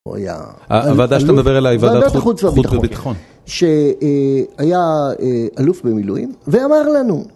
הוועדה שאתה מדבר עליה היא וועדת חוץ וביטחון. שהיה אלוף במילואים ואמר לנו